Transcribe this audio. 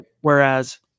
Whereas